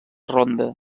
ronda